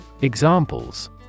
Examples